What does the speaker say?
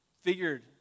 figured